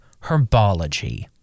herbology